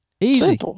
Easy